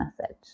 message